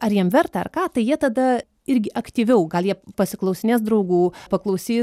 ar jiem verta ar ką tai jie tada irgi aktyviau gal jie pasiklausinės draugų paklausys